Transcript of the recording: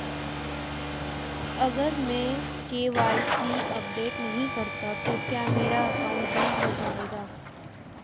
अगर मैं KYC update नहीं करता तो क्या मेरा अकाउंट बंद हो जाएगा?